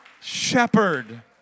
shepherd